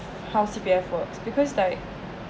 how C_P_F work because like